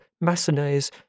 Massenet's